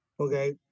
Okay